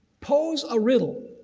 pose a riddle,